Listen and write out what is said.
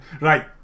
Right